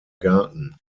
garten